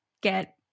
get